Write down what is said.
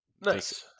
Nice